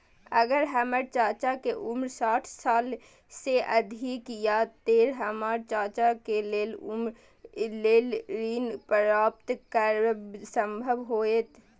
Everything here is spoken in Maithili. अगर हमर चाचा के उम्र साठ साल से अधिक या ते हमर चाचा के लेल ऋण प्राप्त करब संभव होएत?